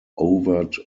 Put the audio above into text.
overt